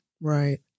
Right